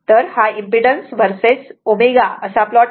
तर हा impedance versus ω impedance verses ω असा प्लॉट आहे